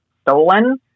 stolen